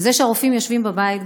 וזה שהרופאים יושבים בבית,